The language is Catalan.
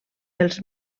els